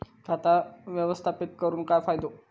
खाता व्यवस्थापित करून काय फायदो?